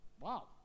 Wow